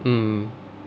mm